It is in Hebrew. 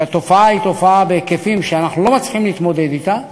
שהתופעה היא בהיקפים שאנחנו לא מצליחים להתמודד אתם,